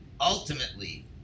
ultimately